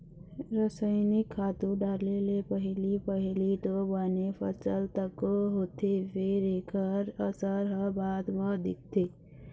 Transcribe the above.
रसइनिक खातू डाले ले पहिली पहिली तो बने फसल तको होथे फेर एखर असर ह बाद म दिखथे